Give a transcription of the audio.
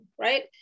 right